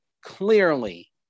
clearly